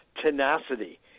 tenacity